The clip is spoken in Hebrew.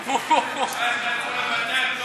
אני צוחק,